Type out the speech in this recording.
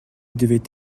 devait